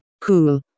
Cool